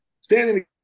standing